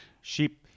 sheep